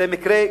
זה מקרה,